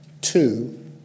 Two